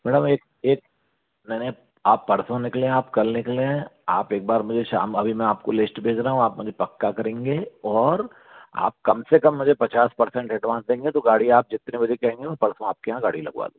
madam एक एक नहीं नहीं आप परसों निकले आप कल निकले आप एक बार मुझे शाम अभी मैं आपको लिस्ट भेज रहा हूँ आप मुझे पक्का करेंगे और अप कम से कम मुझे पचास परसेन्ट एड्वान्स देंगे तो गाड़ी आप जितने बजे कहेंगे परसों आपके यहाँ गाड़ी लगवा